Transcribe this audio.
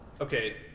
okay